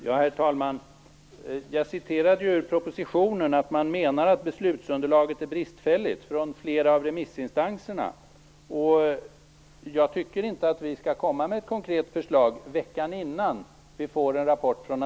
Herr talman! Jag citerade ju ur propositionen att flera av remissinstanserna menar att beslutsunderlaget är bristfälligt. Jag tycker inte att vi skall komma med ett konkret förslag veckan innan vi får en rapport från